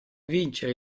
vincere